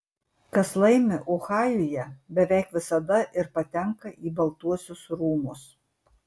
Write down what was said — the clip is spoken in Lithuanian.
kas laimi ohajuje beveik visada ir patenka į baltuosius rūmus